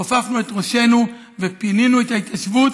כופפנו את ראשו ופינינו את ההתיישבות